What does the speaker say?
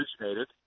originated